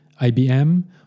IBM